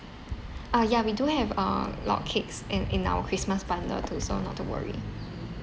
uh ya we do have uh log cakes in in our christmas bundle too so not to worry